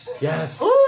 Yes